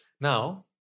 Now